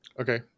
Okay